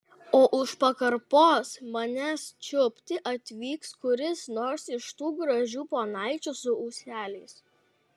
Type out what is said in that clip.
o už pakarpos manęs čiupti atvyks kuris nors iš tų gražių ponaičių su ūseliais